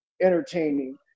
entertaining